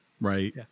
right